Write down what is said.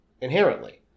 inherently